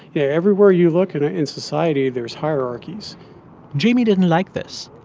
yeah everywhere you look in in society, there's hierarchies jamie didn't like this.